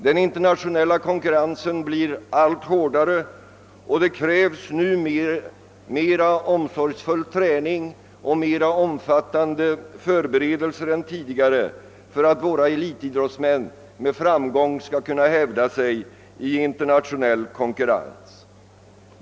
Den internationella konkurrensen blir allt hårdare, och numera krävs det mer omsorgsfull träning och mer omfattande förberedelser än tidigare för att våra elitidrottsmän med framgång skall kunna hävda sig i internationell konkurrens.